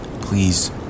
please